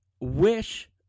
Wish